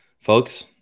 folks